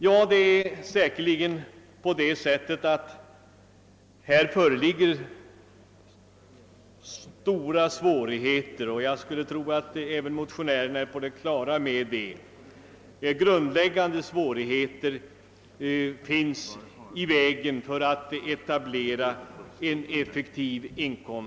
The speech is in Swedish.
Det föreligger stora grundläggande svårigheter att etablera en effektiv inkomstpolitik, och jag skulle tro att även motionärerna är på det klara med det.